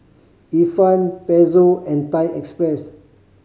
Ifan Pezzo and Thai Express